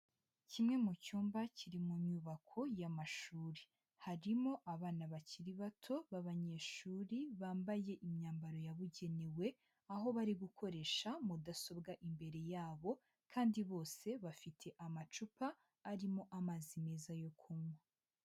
Kimwe mu cyumba kiri mu nyubako y'amashuri, harimo abana bakiri bato b'abanyeshuri bambaye imyambaro yabugenewe, aho bari gukoresha mudasobwa imbere yabo, kandi bose bafite amacupa arimo amazi meza yo kunwa.